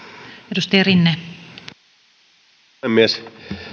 arvoisa puhemies